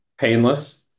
Painless